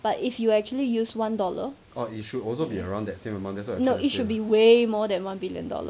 but if you actually use one dollar no it should be way more than one billion dollar